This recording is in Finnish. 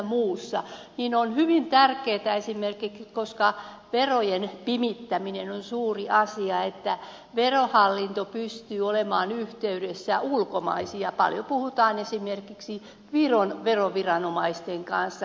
niin on esimerkiksi hyvin tärkeätä koska verojen pimittäminen on suuri asia että verohallinto pystyy olemaan yhteydessä ulkomaille ja paljon puhutaan esimerkiksi viron veroviranomaisten kanssa